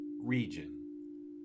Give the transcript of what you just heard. region